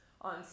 on